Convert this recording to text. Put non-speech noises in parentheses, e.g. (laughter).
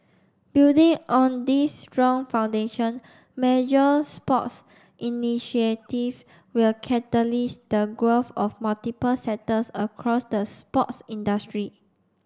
building on this strong foundation major sports initiative will (unintelligible) the growth of multiple sectors across the sports industry